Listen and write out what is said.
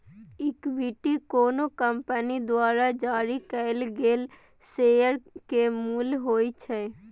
equity कोनो company द्वारा जारी कैल गेल शेयर के मूल्य होइ छै